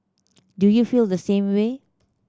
do you feel the same way